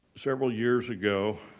several years ago,